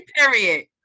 Period